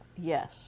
yes